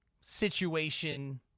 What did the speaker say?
situation